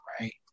right